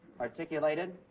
articulated